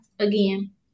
Again